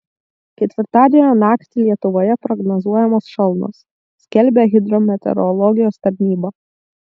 ketvirtadienio naktį lietuvoje prognozuojamos šalnos skelbia hidrometeorologijos tarnyba